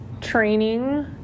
training